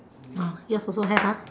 uh here's also have ah